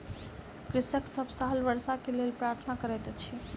कृषक सभ साल वर्षा के लेल प्रार्थना करैत अछि